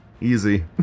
Easy